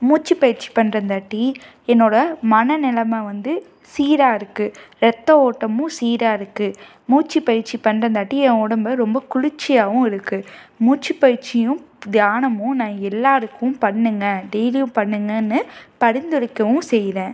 மூச்சி பயிற்சி பண்றந்தாட்டி என்னோடய மன நிலம வந்து சீராக இருக்குது ரத்த ஓட்டமும் சீராக இருக்குது மூச்சு பயிற்சி பண்றந்தாட்டி என் உடம்பு ரொம்ப குளிச்சியாகவும் இருக்குது மூச்சி பயிற்சியும் தியானமும் நான் எல்லாருக்கும் பண்ணுங்க டெய்லியும் பண்ணுங்கன்னு பரிந்துரைக்கவும் செய்கிறேன்